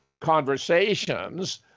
conversations